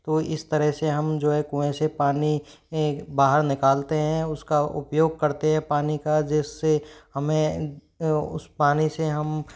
तो इस तरह से हम जो है कुएँ से पानी बाहर निकालते हैं उसका उपयोग करते हैं पानी का जिस से हमें उस पानी से हम